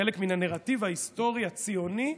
חלק מן הנרטיב ההיסטורי הציוני,